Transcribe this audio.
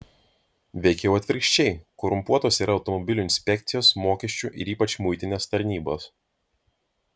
veikiau atvirkščiai korumpuotos yra automobilių inspekcijos mokesčių ir ypač muitinės tarnybos